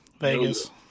Vegas